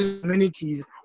communities